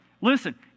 Listen